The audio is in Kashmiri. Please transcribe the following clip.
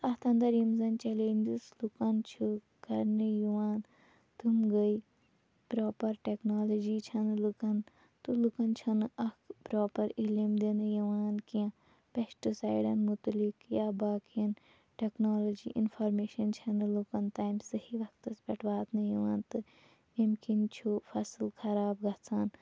اَتھ اَنٛدَر یِم زَن چَلینجزٕ لُکَن چھِ کَرنہٕ یِوان تِم گٔے پراپَر ٹیکنالجی چھَنہٕ لُکَن تہٕ لُکَن چھُنہٕ اَکھ پراپَر علم دِنہٕ یِوان کیٚنٛہہ پیسٹہٕ سایڈَن مُتعلِق یا باقِیَن ٹیکنالجی اِنٛفارمیشَن چھَنہٕ لُکَن تام صحیح وقتَس پٮ۪ٹھ واتنہٕ یِوان تہٕ ییٚمہِ کِنۍ چھُ فصل خراب گژھان